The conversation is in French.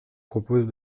propose